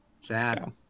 Sad